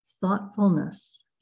thoughtfulness